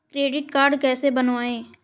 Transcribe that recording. Credit card कैसे बनवाएँ?